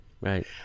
right